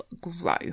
grow